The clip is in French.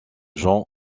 jean